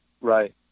Right